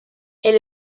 est